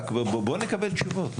רק בואו נקבל תשובות.